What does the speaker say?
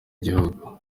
igihugu